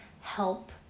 help